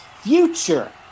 future